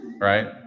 Right